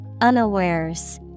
Unawares